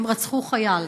הם רצחו חייל.